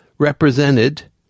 represented